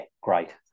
great